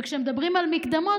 וכשמדברים על מקדמות,